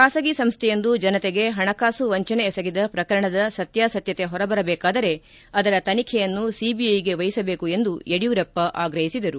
ಬಾಸಗಿ ಸಂಸ್ಥೆಯೊಂದು ಜನತೆಗೆ ಹಣಕಾಸು ವಂಚನೆವೆಸಗಿದ ಪ್ರಕರಣದ ಸತ್ಯಾಸತ್ಯತೆ ಹೊರಬರಬೇಕಾದರೆ ಅದರ ತನಿಖೆಯನ್ನು ಸಿಬಿಐಗೆ ವಹಿಸಬೇಕು ಎಂದು ಯಡಿಯೂರಪ್ಪ ಆಗ್ರಹಿಸಿದರು